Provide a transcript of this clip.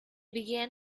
began